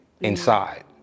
inside